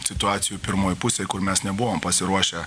situacijų pirmoj pusėj kur mes nebuvom pasiruošę